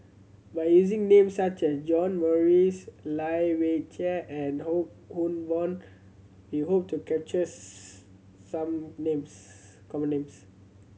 by using names such as John Morrice Lai Weijie and Wong Hock Boon we hope to capture some names common names